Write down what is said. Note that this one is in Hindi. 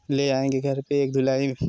ले आएँगे घर पर एक धुलाई